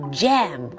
jam